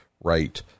right